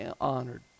honored